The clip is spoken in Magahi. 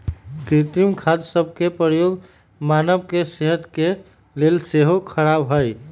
कृत्रिम खाद सभ के प्रयोग मानव के सेहत के लेल सेहो ख़राब हइ